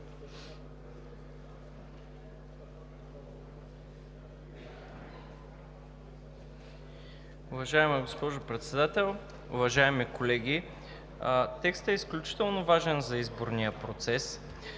Уважаема госпожо Председател, уважаеми колеги! Текстът е изключително важен за изборния процес